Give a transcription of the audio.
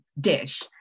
dish